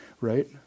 right